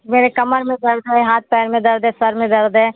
मेरे कमर में दर्द है हाथ पैर में दर्द है सर में दर्द है